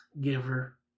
giver